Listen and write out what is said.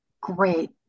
great